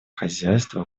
хозяйство